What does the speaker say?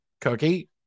Cookie